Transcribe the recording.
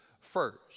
first